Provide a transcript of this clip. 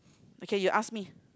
okay you ask me